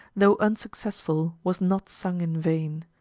though unsuccessful, was not sung in vain.